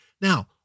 Now